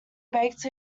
baked